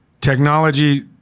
Technology